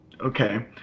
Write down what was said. Okay